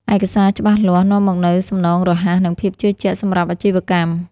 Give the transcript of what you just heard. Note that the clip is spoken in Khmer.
ឯកសារច្បាស់លាស់ នាំមកនូវសំណងរហ័ស និងភាពជឿជាក់សម្រាប់អាជីវកម្ម"។